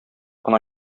кына